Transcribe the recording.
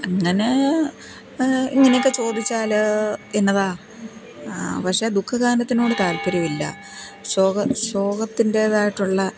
അങ്ങനെ ഇങ്ങനെയൊക്കെ ചോദിച്ചാൽ എന്നതാ പക്ഷേ ദുഖഗാനത്തിനോട് താൽപ്പര്യമില്ല ശോക ശോകത്തിൻറേതായിട്ടുള്ള